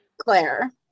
Claire